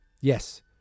Yes